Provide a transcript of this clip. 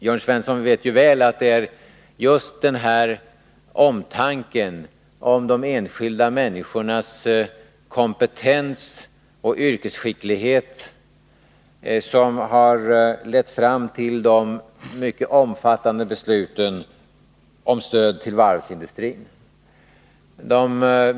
Jörn Svensson vet mycket väl att det just är omtanken om de enskilda människornas kompetens och yrkesskicklighet som har lett fram till besluten om de mycket omfattande stöden till varvsindustrin.